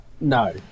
No